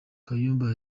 kayumba